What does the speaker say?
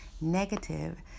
negative